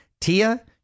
Tia